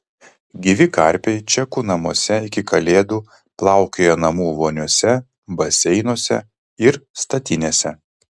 gyvi karpiai čekų namuose iki kalėdų plaukioja namų voniose baseinuose ir statinėse